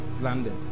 landed